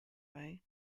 way